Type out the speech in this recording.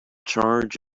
charge